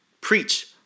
preach